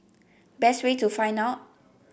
best way to find out